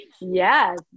yes